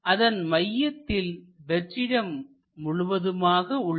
அதன் மையத்தில் வெற்றிடம் முழுவதுமாக உள்ளது